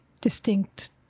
distinct